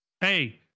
hey